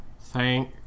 Thank